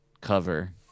cover